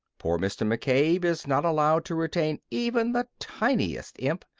poor mr. mccabe is not allowed to retain even the tiniest imp,